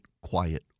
quiet